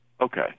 Okay